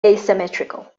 asymmetrical